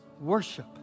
Worship